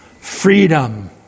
freedom